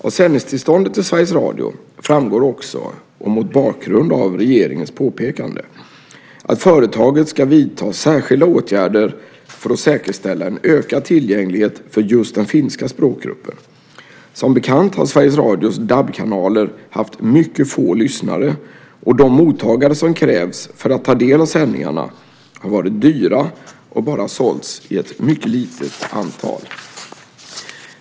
Av sändningstillståndet till Sveriges Radio framgår också, mot bakgrund av regeringens påpekande, att företaget ska vidta särskilda åtgärder för att säkerställa en ökad tillgänglighet för just den finska språkgruppen. Som bekant har Sveriges Radios DAB-kanaler haft mycket få lyssnare och de mottagare som krävs för att ta del av sändningarna har varit dyra och bara sålts i ett mycket litet antal.